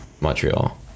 Montreal